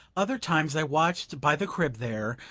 other times i watched by the crib there,